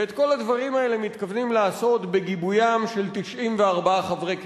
ואת כל הדברים האלה מתכוונים לעשות בגיבוים של 94 חברי כנסת.